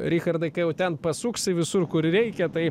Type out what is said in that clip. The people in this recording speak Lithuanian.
richardai kai jau ten pasuksi visur kur reikia tai